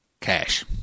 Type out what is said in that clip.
cash